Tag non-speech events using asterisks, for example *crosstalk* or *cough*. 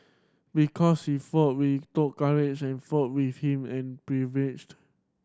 because he fought we took courage and fought with him and *unintelligible*